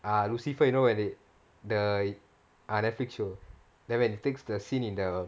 ah lucifer you know already the ah Netflix show then when fix the scene in the